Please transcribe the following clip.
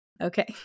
Okay